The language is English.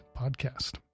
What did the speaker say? podcast